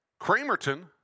Cramerton